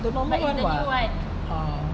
the normal one [what] oh